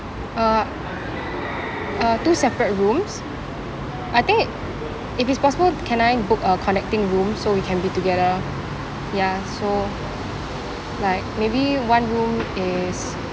uh uh two separate rooms I think if it's possible can I book a connecting room so we can be together ya so like maybe one room is